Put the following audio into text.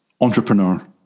entrepreneur